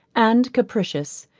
and capricious,